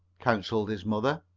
counseled his mother.